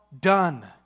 done